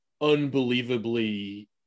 unbelievably